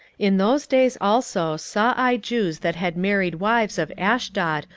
in those days also saw i jews that had married wives of ashdod,